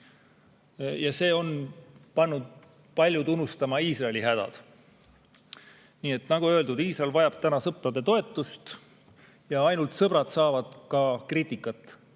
Ja see on pannud paljud unustama Iisraeli hädasid. Nagu öeldud, Iisrael vajab praegu sõprade toetust ja ainult sõbrad saavad ka kriitikat, ausat